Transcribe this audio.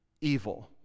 evil